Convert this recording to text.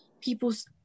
people's